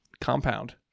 compound